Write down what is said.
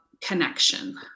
connection